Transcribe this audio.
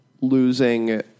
losing